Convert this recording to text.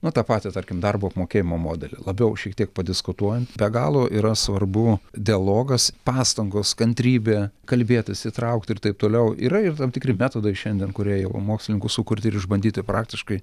na tą patį tarkim darbo apmokėjimo modelį labiau šiek tiek padiskutuojant be galo yra svarbu dialogas pastangos kantrybė kalbėtis įtraukti ir taip toliau yra ir tam tikri metodai šiandien kurie jau mokslininkų sukurti ir išbandyti praktiškai